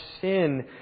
sin